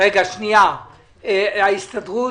ההסתדרות,